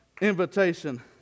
invitation